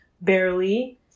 barely